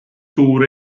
suur